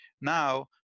Now